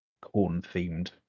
corn-themed